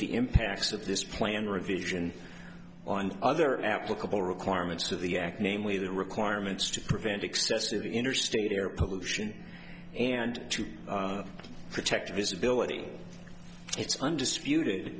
the impacts of this plan revision on other applicable requirements of the act namely the requirements to prevent excessive interstate air pollution and to protect visibility it's undisputed